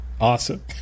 awesome